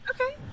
Okay